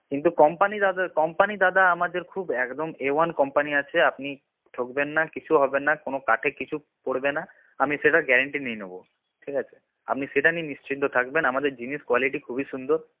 কিন্তু কোম্পানি দাদা কোম্পানি দাদা আমাদের খুব একদম এ ওয়ান কোম্পানি আছে আপনি ঠকবেন না কিছু হবে না কোন কাঠে কিছু পড়বে না আমি সেটার গ্যারেন্টি নিয়ে নেব ঠিক আছে আপনি সেটা নিয়ে নিশ্চিন্ত থাকবেন আমাদের জিনিসের কোয়ালিটি খুবই সুন্দর